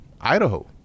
Idaho